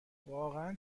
واقعن